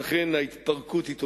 לכן ההתפרקות היא טוטלית.